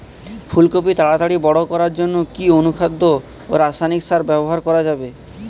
ফুল কপি তাড়াতাড়ি বড় করার জন্য কি অনুখাদ্য ও রাসায়নিক সার ব্যবহার করা যাবে?